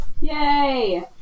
yay